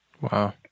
Wow